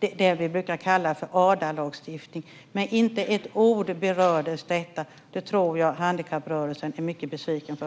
det vi brukar kalla ADA-lagstiftning. Inte med ett ord berördes detta. Det tror jag att handikapprörelsen är mycket besviken över.